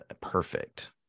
perfect